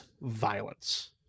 violence